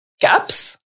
gaps